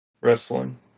wrestling